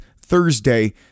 Thursday